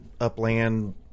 upland